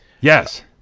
Yes